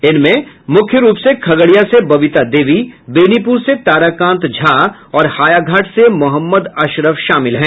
इनमें मुख्य रूप से खगड़िया से बबिता देवी बेनीपुर से ताराकांत झा और हायाघाट से मोहम्मद अशरफ शामिल हैं